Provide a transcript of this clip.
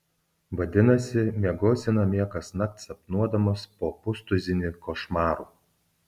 vadinasi miegosi namie kasnakt sapnuodamas po pustuzinį košmarų